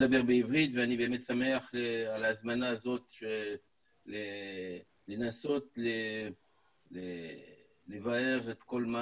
ואני באמת שמח על ההזמנה הזאת לנסות לברר את כל מה